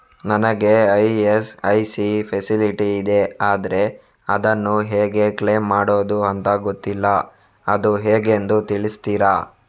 ನನಗೆ ESIC facility ಇದೆ ಆದ್ರೆ ಅದನ್ನು ಹೇಗೆ ಕ್ಲೇಮ್ ಮಾಡೋದು ಅಂತ ಗೊತ್ತಿಲ್ಲ ಅದು ಹೇಗೆಂದು ತಿಳಿಸ್ತೀರಾ?